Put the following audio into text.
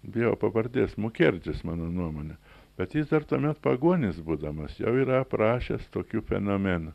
bijau pavardės mukertis mano nuomone bet jis dar tuomet pagonis būdamas jau yra aprašęs tokių fenomenų